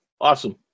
Awesome